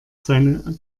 seine